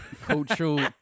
cultural